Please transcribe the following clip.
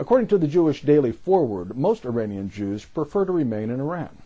according to the jewish daily forward most arabian jews prefer to remain in iran